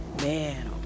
Man